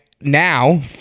Now